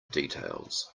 details